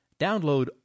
Download